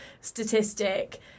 statistic